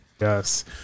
Yes